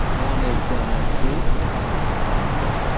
one is sleep okay